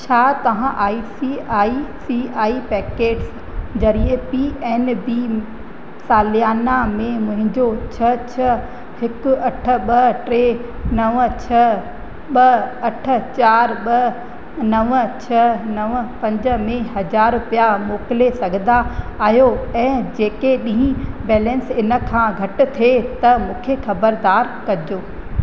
छा तव्हां I C I C I packets ज़रिए पी एन बी सालियाना में मुंहिंजो छह छह हिकु अठ ॿ टे नव छह ॿ अठ चारि ॿ नव छह नव पंज में हज़ार रुपिया मोकिले सघंदा आहियो ऐं जेके ॾींहुं बैलेंस इन खां घटि थिए त मूंखे ख़बरदारु कजो